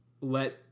let